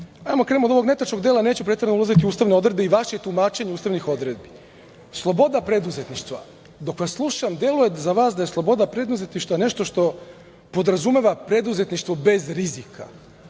Da krenemo od ovog netačnog dela, a neću preterano uzeti ustavne odredbe i vaše tumačenje ustavnih odredbi. Sloboda preduzetništva, dok vas slušam deluje za vas da je sloboda preduzetništva nešto što podrazumeva preduzetništvo bez rizika.